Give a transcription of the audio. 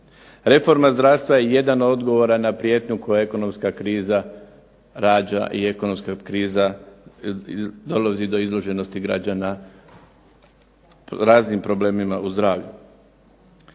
Reforma zdravstva je jedan odgovora na prijetnju koje ekonomska kriza rađa i ekonomska kriza dolazi do izloženosti građana u raznim problemima u zdravlju.